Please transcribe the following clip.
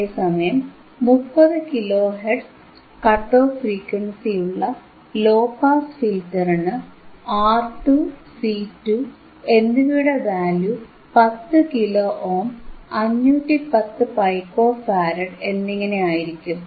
അതേസമയം 30 kilo hertz cut off ഫ്രീക്വൻസിയുള്ള low pass ഫിൽറ്ററിന് R2 C2 എന്നിവയുടെ value 10 kilo ohm 510 pico farad എന്നിങ്ങനെയായിരിക്കും